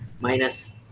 minus